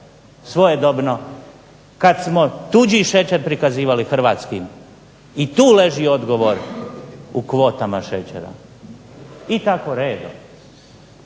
svojedobno kad smo tuđi šećer prikazivali hrvatskim. I tu leži odgovor u kvotama šećera. I tako redom.